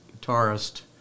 guitarist